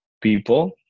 people